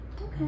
okay